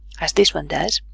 as this one does.